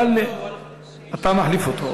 נא, אני מחליף אותו.